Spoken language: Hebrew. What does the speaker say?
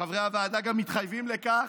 וחברי הוועדה גם מתחייבים לכך,